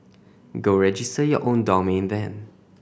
go register your own domain then